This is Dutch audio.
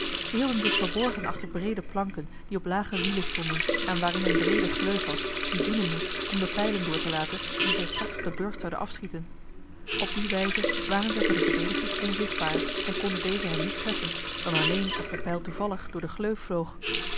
zij hielden zich verborgen achter breede planken die op lage wielen stonden en waarin eene breede gleuf was die dienen moest om de pijlen door te laten die zij straks op den burcht zouden afschieten op die wijze waren zij voor de verdedigers onzichtbaar en konden dezen hen niet treffen dan alleen als de pijl toevallig door de gleuf vloog